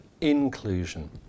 inclusion